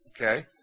Okay